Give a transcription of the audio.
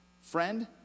Friend